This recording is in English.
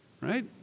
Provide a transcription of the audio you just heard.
right